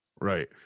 right